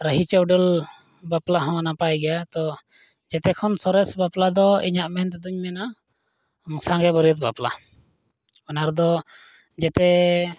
ᱨᱟᱺᱦᱤ ᱪᱟᱹᱣᱰᱟᱹᱞ ᱵᱟᱯᱞᱟ ᱦᱚᱸ ᱱᱟᱯᱟᱭ ᱜᱮᱭᱟ ᱛᱚ ᱡᱮᱛᱮ ᱠᱷᱚᱱ ᱥᱚᱨᱮᱥ ᱵᱟᱯᱞᱟ ᱫᱚ ᱤᱧᱟᱹᱜ ᱢᱮᱱᱛᱮᱫᱚᱧ ᱢᱮᱱᱟ ᱥᱟᱸᱜᱮ ᱵᱟᱹᱨᱭᱟᱹᱛ ᱵᱟᱯᱞᱟ ᱚᱱᱟ ᱨᱮᱫᱚ ᱡᱮᱛᱮ